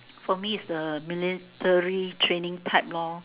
for me it's the military training type lor